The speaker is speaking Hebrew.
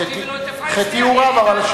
חטאי הוא רב.